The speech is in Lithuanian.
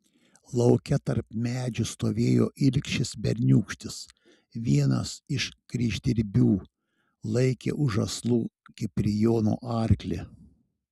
lauke tarp medžių stovėjo ilgšis berniūkštis vienas iš kryždirbių laikė už žąslų kiprijono arklį